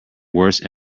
worse